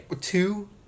Two